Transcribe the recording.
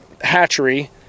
hatchery